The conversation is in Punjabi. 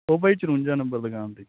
ਉਹ ਭਾਅ ਜੀ ਚੁਰੰਜਾ ਨੰਬਰ ਦੁਕਾਨ 'ਤੇ